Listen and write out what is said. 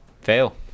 fail